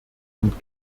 und